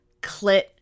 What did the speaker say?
clit